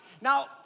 Now